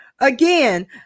again